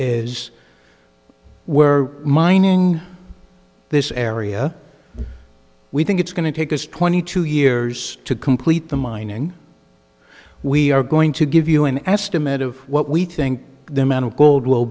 is we're mining this area we think it's going to take us twenty two years to complete the mining we are going to give you an estimate of what we think the amount of gold will